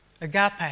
Agape